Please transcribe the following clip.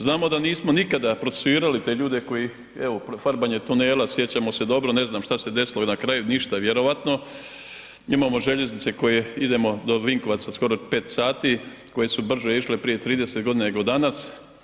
Znamo da nismo nikada procesuirali te ljude koji, evo farbanje tunela, sjećamo se dobro, ne znam šta se desilo na kraju, ništa vjerojatno, imamo željeznice koje idemo do Vinkovaca skoro 5 sati koje su brže išle prije 30 godina nego danas.